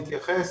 אני אתייחס.